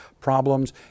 problems